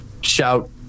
shout